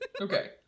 Okay